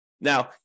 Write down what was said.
Now